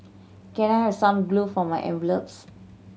can I have some glue for my envelopes